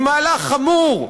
היא מהלך חמור,